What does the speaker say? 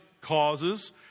causes